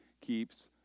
keeps